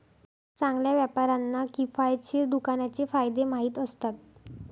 चांगल्या व्यापाऱ्यांना किफायतशीर दुकानाचे फायदे माहीत असतात